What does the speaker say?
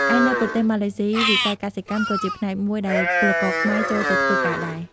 ឯនៅប្រទេសម៉ាឡេស៊ី វិស័យកសិកម្មក៏ជាផ្នែកមួយដែលពលករខ្មែរចូលទៅធ្វើការដែរ ។